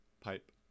pipe